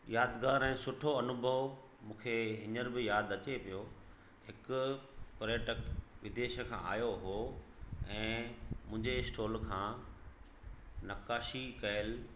यादगार ऐं सुठो अनुभव मूंखे हींअर बि यादि अचे पियो हिक पर्यटक विदेश खां आयो हो ऐं मुंहिंजे स्टोल खां नक्काशी कयल